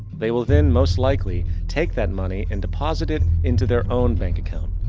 they will then most likely take that money and deposit it into their own bank account.